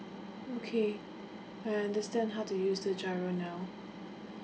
okay I understand how to use the GIRO now